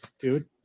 dude